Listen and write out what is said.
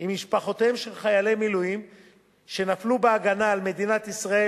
עם משפחותיהם של חיילי מילואים שנפלו בהגנה על מדינת ישראל.